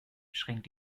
schränkt